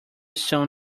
soon